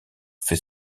fait